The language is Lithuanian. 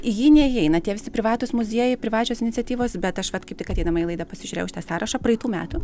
į jį neįeina tie visi privatūs muziejai privačios iniciatyvos bet aš vat kaip tik ateidama į laidą pasižiūrėjau šitą sąrašą praeitų metų